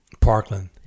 Parkland